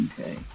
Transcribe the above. okay